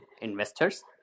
investors